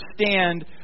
understand